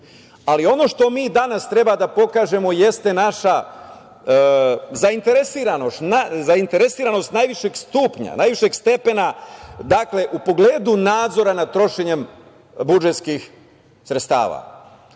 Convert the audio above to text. ali ono što mi danas treba da pokažemo jeste naša zainteresovanost najvećeg stupnja, najvećeg stepena u pogledu nadzora nad trošenjem budžetskih sredstava.